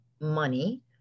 money